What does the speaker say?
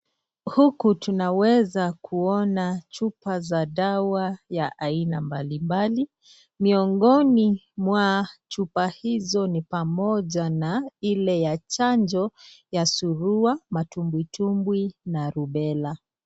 Huku tunaweza kuona chupa za dawa ya aina mbalimbali miongoni mwa chupa hizo ni pamoja na ile ya chanjo ya surua, matumwitumbwi na rubela.